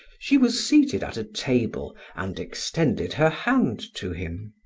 she was seated at a table and extended her hand to him.